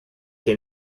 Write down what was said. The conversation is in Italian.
che